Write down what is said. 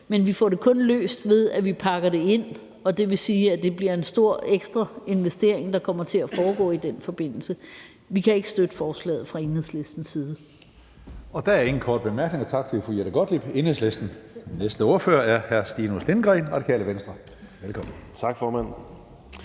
men vi får det kun løst ved, at vi pakker det ind, og det vil sige, at det bliver en stor ekstra investering, der kommer til at være i den forbindelse. Vi kan fra Enhedslistens side ikke støtte forslaget. Kl. 20:07 Tredje næstformand (Karsten Hønge): Der er ingen korte bemærkninger. Tak til fru Jette Gottlieb, Enhedslisten. Den næste ordfører er hr. Stinus Lindgreen, Radikale Venstre. Velkommen. Kl.